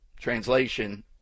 translation